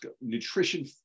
nutrition